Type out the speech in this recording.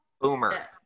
Boomer